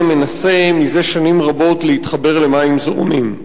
מנסה מזה שנים רבות להתחבר למים זורמים.